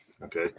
okay